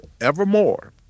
evermore